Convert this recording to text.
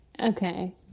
Okay